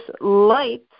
light